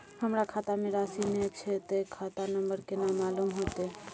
हमरा खाता में राशि ने छै ते खाता नंबर केना मालूम होते?